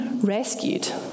rescued